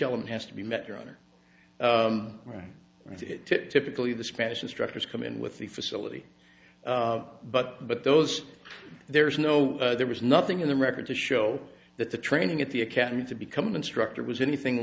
element has to be met your honor to typically the spanish instructors come in with the facility but but those there is no there was nothing in the record to show that the training at the academy to become an instructor was anything